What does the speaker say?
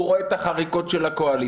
הוא רואה את החריקות של הקואליציה,